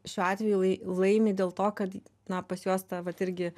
šiuo atveju lai laimi dėl to kad na pas juos ta vat irgi